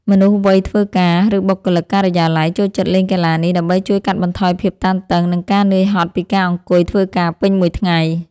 មនុស្សវ័យធ្វើការ ឬបុគ្គលិកការិយាល័យ ចូលចិត្តលេងកីឡានេះដើម្បីជួយកាត់បន្ថយភាពតានតឹង និងការនឿយហត់ពីការអង្គុយធ្វើការពេញមួយថ្ងៃ។